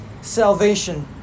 salvation